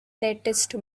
latest